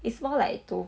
it's more like to